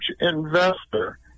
investor